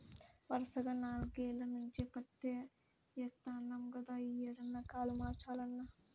వరసగా నాల్గేల్ల నుంచి పత్తే యేత్తన్నాం గదా, యీ ఏడన్నా కాలు మార్చాలన్నా